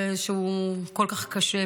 שהוא כל כך קשה,